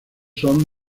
son